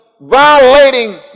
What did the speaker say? violating